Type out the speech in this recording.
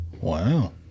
Wow